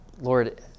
Lord